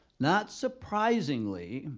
not surprisingly,